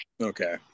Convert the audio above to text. Okay